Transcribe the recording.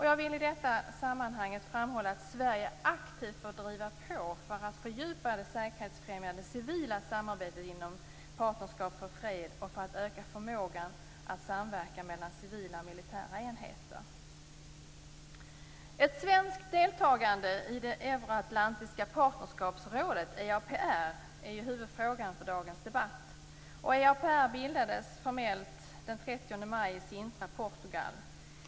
Jag vill i det sammanhanget framhålla att Sverige aktivt bör driva på för att fördjupa det säkerhetsfrämjande civila samarbetet inom PFF och för att öka förmågan att samverka mellan civila och militära enheter. Ett svenskt deltagande i det Euroatlantiska partnerskapsrådet, EAPR, är huvudfrågan för dagens debatt. EAPR bildades formellt den 30 maj i Sintra i Portugal.